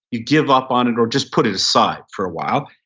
you give up on it or just put it aside for awhile,